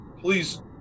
please